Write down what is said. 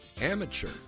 Amateur